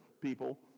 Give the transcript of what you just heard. people